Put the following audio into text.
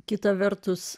kita vertus